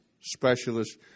specialists